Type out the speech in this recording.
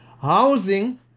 Housing